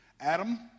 Adam